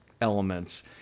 elements